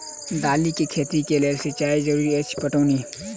दालि केँ खेती केँ लेल सिंचाई जरूरी अछि पटौनी?